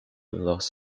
los